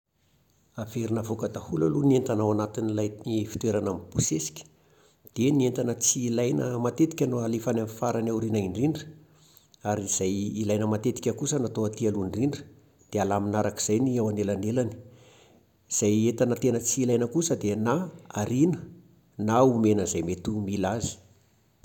Averina avoaka daholo aloha ny entana ao anatin'ilay fitoerana mibosesika. Dia ny entana tsy ilaina matetika no alefa any amin'ny farany aoriana indrindra. Ary izay ilaina matetika kosa no atao aty aloha indrindra. Dia alamina araka izay ny ao anelanelany. Izay entana tena tsy ilaina kosa dia, na ariana, na omena izay mety ho mila azy.